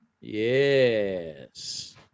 Yes